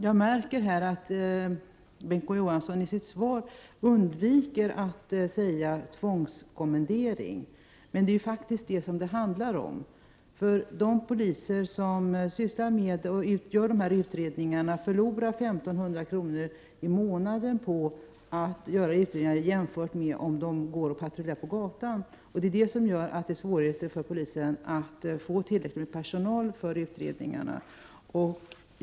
Jag märker att Bengt K Å Johansson i sitt svar undviker att använda ordet ”tvångskommendering”, men det handlar faktiskt om det. De poliser som gör dessa utredningar förlorar 1 500 kr. i månaden jämfört med om de skulle patrullera på gatan. Det innebär att det är svårt för polisen att få tillräckligt med personal för dessa utredningar.